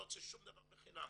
לא רוצה שום דבר בחינם.